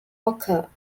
occur